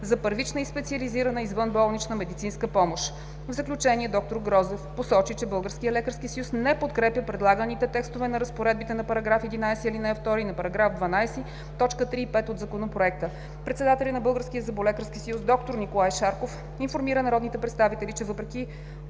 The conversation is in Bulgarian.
за първична и специализирана извънболнична медицинска помощ. В заключение д-р Грозев посочи, че Българският лекарски съюз не подкрепя предлаганите текстове на разпоредбите на § 11, ал. 2 и на § 12, т. 3 и 5 от Законопроекта. Председателят на Българския зъболекарски съюз д-р Николай Шарков информира народните представители, че въпреки